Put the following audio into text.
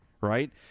right